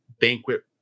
banquet